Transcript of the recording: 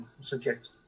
subject